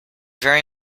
very